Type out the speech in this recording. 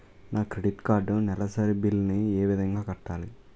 నా credit card నెలసరి bill ని ఏ విధంగా కట్టాలి?